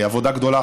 עבודה גדולה,